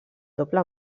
doble